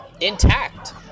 intact